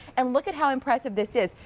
and look at how impressive this is.